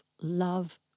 love